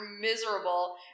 miserable